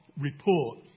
report